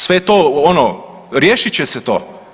Sve je to, ono riješit će se to.